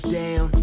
down